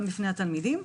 גם לפני התלמידים,